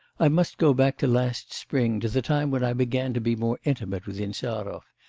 i must go back to last spring, to the time when i began to be more intimate with insarov.